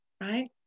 right